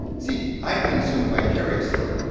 see, i consume vicariously.